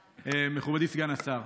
מכובדי סגן השר,